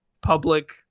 public